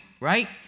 right